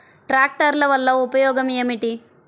ట్రాక్టర్ల వల్ల ఉపయోగం ఏమిటీ?